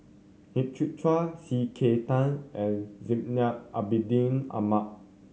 Hang Chang Chieh C K Tang and Zainal Abidin Ahmad